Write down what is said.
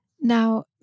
Now